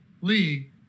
league